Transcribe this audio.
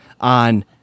on